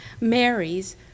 marries